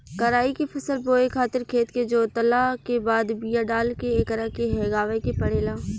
कराई के फसल बोए खातिर खेत के जोतला के बाद बिया डाल के एकरा के हेगावे के पड़ेला